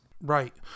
Right